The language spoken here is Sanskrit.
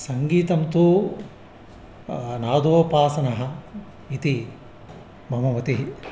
सङ्गीतं तु नादोपासनम् इति मम मतिः